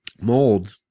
Mold